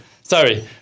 Sorry